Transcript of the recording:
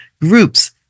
groups